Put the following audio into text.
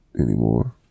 anymore